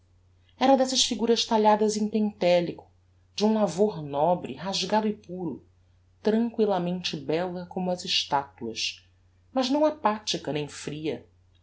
era dessas figuras talhadas em pentelico de um lavor nobre rasgado e puro tranquillamente bella como as estatuas mas não apathica nem fria